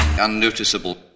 unnoticeable